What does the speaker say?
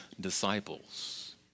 disciples